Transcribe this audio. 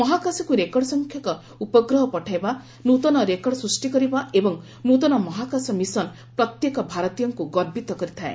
ମହାକାଶକୁ ରେକର୍ଡ଼ ସଂଖ୍ୟକ ଉପଗ୍ରହ ପଠାଇବା ନୂତନ ରେକର୍ଡ଼ ସୃଷ୍ଟି କରିବା ଏବଂ ନୂତନ ମହାକାଶ ମିଶନ ପ୍ରତ୍ୟେକ ଭାରତୀୟଙ୍କୁ ଗର୍ବିତ କରିଯାଏ